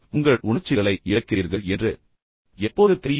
நீங்கள் உங்கள் உணர்ச்சிகளை இழக்கிறீர்கள் என்று உங்களுக்கு எப்போது தெரியும்